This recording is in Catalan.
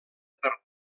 per